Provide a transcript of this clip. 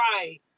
Right